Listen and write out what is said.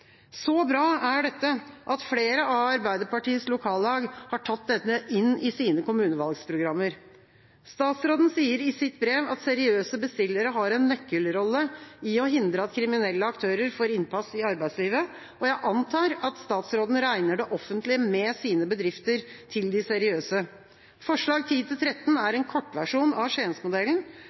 Så bra er dette at flere av Arbeiderpartiets lokallag har tatt dette inn i sine kommunevalgprogrammer. Statsråden sier i sitt brev at «seriøse bestillere har en nøkkelrolle for å hindre at kriminelle aktører får innpass i arbeidslivet». Jeg antar at statsråden regner det offentlige, med sine bedrifter, til de seriøse. Forslagene nr. 10–13 er en kortversjon av